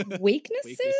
weaknesses